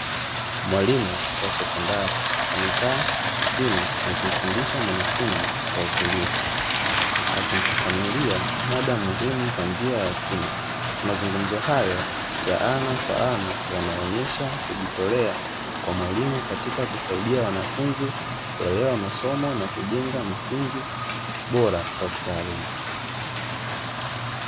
Mwalimu wa sekondari, amekaa ofisini akimfundisha mwanafunzi kwa utulivu, akimfafanulia mada muhimu kwa njia ya kina. Mazungumzo hayo ya ana kwa ana, yanaonyesha kujitolea kwa mwalimu katika kusaidia wanafunzi kuelewa masomo, na kujenga msingi bora wa kitaaluma.